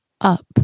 up